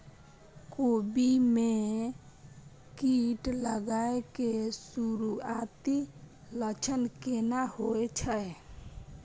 कोबी में कीट लागय के सुरूआती लक्षण केना होय छै